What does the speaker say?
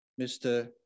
Mr